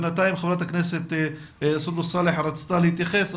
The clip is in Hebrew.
בינתיים ח"כ סונדוס סאלח רצתה להתייחס,